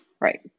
Right